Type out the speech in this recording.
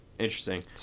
interesting